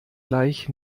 gleich